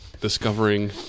discovering